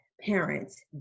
parents